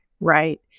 Right